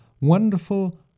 wonderful